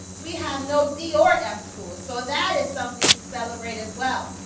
we have no d or f schools, so that is something to celebrate as well.